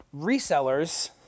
resellers